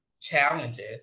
challenges